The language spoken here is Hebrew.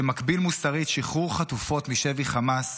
שמקביל מוסרית שחרור חטופות משבי חמאס,